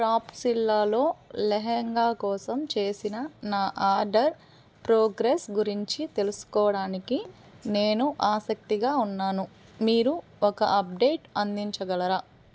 క్రాఫ్ట్స్విల్లాలో లెహెంగా కోసం చేసిన నా ఆర్డర్ ప్రోగ్రెస్ గురించి తెలుసుకోవడానికి నేను ఆసక్తిగా ఉన్నాను మీరు ఒక అప్డేట్ అందించగలరా